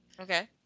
Okay